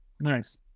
Nice